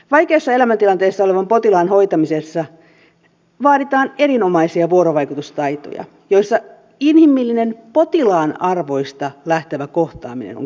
vaikeassa elämäntilanteessa olevan potilaan hoitamisessa vaaditaan erinomaisia vuorovaikutustaitoja joissa inhimillinen potilaan arvoista lähtevä kohtaaminen on keskiössä